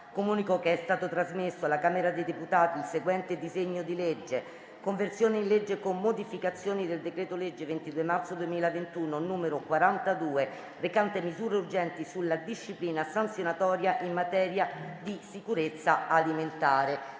Comunico che è stato trasmesso dalla Camera dei deputati il seguente disegno di legge: «Conversione in legge, con modificazioni, del decreto legge 22 marzo 2021, n. 42, recante misure urgenti sulla disciplina sanzionatoria in materia di sicurezza alimentare»